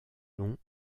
longs